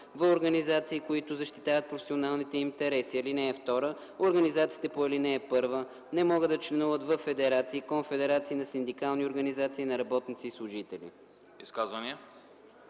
в организации, които защитават професионалните им интереси. (2) Организациите по ал. 1 не могат да членуват във федерации и конфедерации на синдикални организации на работници и служители.”